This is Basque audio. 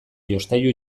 jostailu